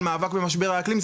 על המאבק במשבר האקלים.